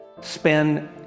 spend